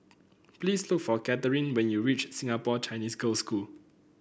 please look for Katherin when you reach Singapore Chinese Girls' School